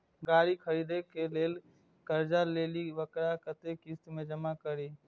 गाड़ी खरदे के लेल जे कर्जा लेलिए वकरा कतेक किस्त में जमा करिए?